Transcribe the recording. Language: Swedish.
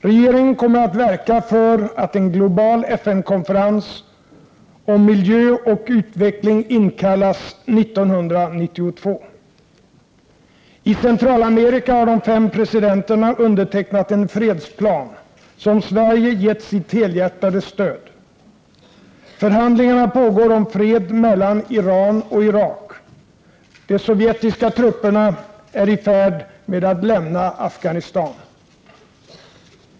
Regeringen kommer att verka för att en global FN-konferens om miljö och utveckling inkallas 1992. I Centralamerika har de fem presidenterna undertecknat en fredsplan, som Sverige gett sitt helhjärtade stöd. Förhandlingar pågår om fred mellan Iran och Irak. De sovjetiska trupperna är i färd med att lämna Afghanistan.